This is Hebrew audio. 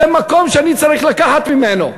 זה מקום שאני צריך לקחת ממנו.